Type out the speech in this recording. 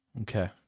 Okay